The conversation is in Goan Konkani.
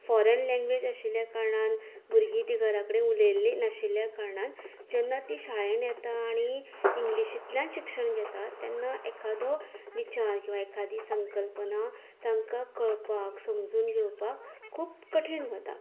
फाॅरन लेंगवेज आशिल्ल्या कारणान भुरगीं तीं घराकडेन उलयल्ली नाशिल्ल्या कारणात जेन्ना ती शाळेन येतात आनी इंग्लिशीतल्यान शिक्षण घेतात तेन्ना एखादो विचार किंवां एखादी संकल्पना तांकां कळपाक समजून घेवपाक खूब कठीण वता